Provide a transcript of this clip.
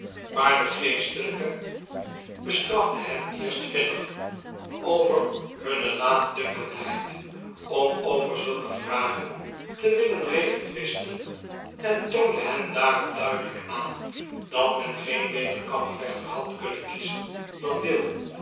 maar de geestelyke bestrafte hen eerst vinnig over hunne laatdunkendheid om over zulke vragen te willen redetwisten en toonde hen daarop duidelyk aan dat men geen beter kampvechter had kunnen kiezen dan will